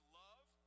love